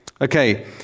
Okay